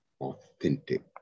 authentic